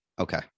Okay